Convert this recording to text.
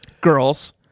girls